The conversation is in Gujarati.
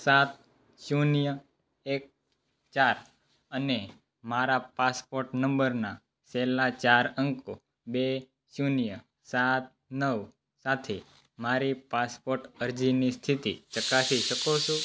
સાત શૂન્ય એક ચાર અને મારા પાસપોટ નંબરના છેલ્લા ચાર અંકો બે શૂન્ય સાત નવ સાથે મારી પાસપોટ અરજીની સ્થિતિ ચકાસી શકો છો